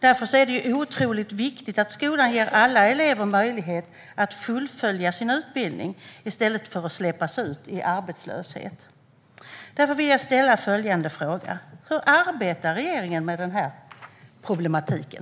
Därför är det otroligt viktigt att skolan ger alla elever möjlighet att fullfölja sin utbildning i stället för att de ska släppas ut i arbetslöshet. Hur arbetar regeringen med den här problematiken?